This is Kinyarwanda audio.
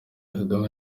kagame